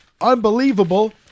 unbelievable